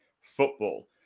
football